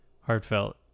heartfelt